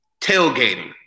Tailgating